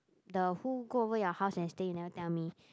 the who go over your house and stay you never tell me